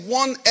one